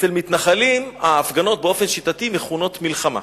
אצל מתנחלים ההפגנות באופן שיטתי מכונות מלחמה,